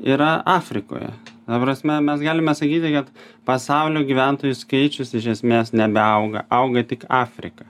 yra afrikoje ta prasme mes galime sakyti kad pasaulio gyventojų skaičius iš esmės nebeauga auga tik afrika